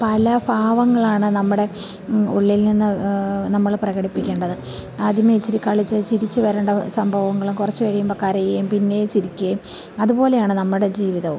പല ഭാവങ്ങളാണ് നമ്മുടെ ഉള്ളിൽ നിന്ന് നമ്മൾ പ്രകടിപ്പിക്കേണ്ടത് ആദ്യമേ ഇത്തിരി കളിച്ച് ചിരിച്ച് വരേണ്ട സംഭവങ്ങളും കുറച്ച് കഴിയുമ്പം കരയുവേം പിന്നെയും ചിരിക്കുവേം അതുപോലെയാണ് നമ്മുടെ ജീവിതവും